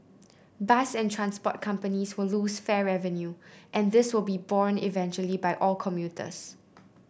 bus and transport companies will lose fare revenue and this will be borne eventually by all commuters